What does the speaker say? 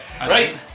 Right